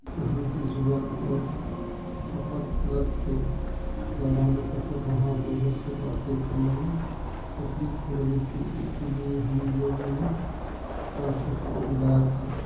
یہاں کی زبان اور ثقافت الگ تھے دوران سفر وہاں لوگوں سے باتیں کرنے میں تکلیف ہو رہی تھی اسی لئے ہم لوگوں نے ٹرانسلیٹر کو بلایا تھا